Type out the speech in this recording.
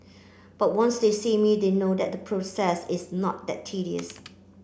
but once they see me they know that the process is not that tedious